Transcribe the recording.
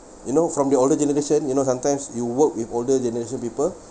you know from the older generation you know sometimes you work with older generation people